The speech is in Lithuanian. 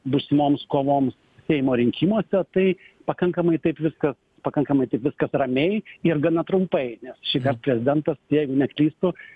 būsimoms kovoms seimo rinkimuose tai pakankamai taip viskas pakankamai taip viskas ramiai ir gana trumpai nes šįkart prezidentas jeigu neklystu